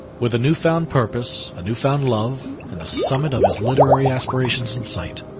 with a newfound purpose, a newfound love and the summit of his literary aspirations in sight,